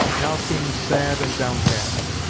now seemed sad and downcast.